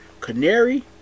Canary